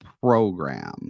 program